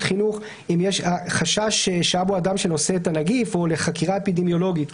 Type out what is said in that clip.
חינוך אם יש חשש ששהה בו אדם שנושא את הנגיף או לחקירה אפידמיולוגית.